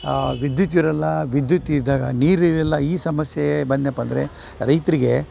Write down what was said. ವಿದ್ಯುತ್ ಇರಲ್ಲಾ ವಿದ್ಯುತ್ ಇದ್ದಾಗ ನೀರು ಇರಲ್ಲ ಈ ಸಮಸ್ಯೆ ಬಂದ್ನೆಪ್ಪ ಅಂದರೆ ರೈತರಿಗೆ